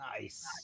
Nice